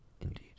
Indeed